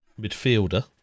midfielder